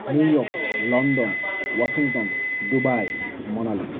New York London Washington Dubai Manali